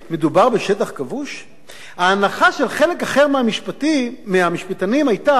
ההנחה של חלק אחר מהמשפטנים היתה שההתנחלויות לא חוקיות